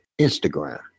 Instagram